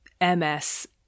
MS